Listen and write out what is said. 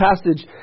passage